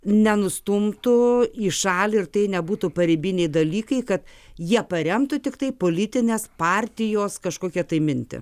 nenustumtų į šalį ir tai nebūtų paribiniai dalykai kad jie paremtų tiktai politinės partijos kažkokia tai mintį